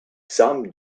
some